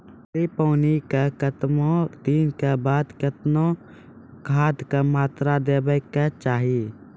पहिल पानिक कतबा दिनऽक बाद कतबा खादक मात्रा देबाक चाही?